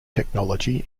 technology